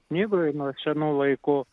knygoj nuo senų laikų